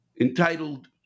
entitled